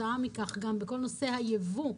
וכתוצאה מכך גם בכל נושא הייבוא,